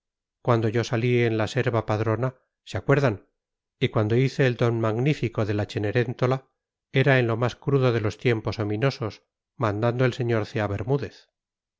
cuando yo salí en la serva padrona se acuerdan y cuando hice el don magnífico de la cenerentola era en lo más crudo de los tiempos ominosos mandando el sr cea bermúdez